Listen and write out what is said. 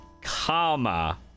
comma